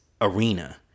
Arena